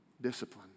discipline